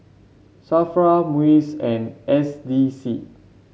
Safra MUIS and S D C